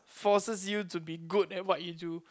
forces you to be good at what you do